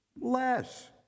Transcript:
less